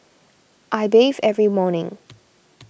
I bathe every morning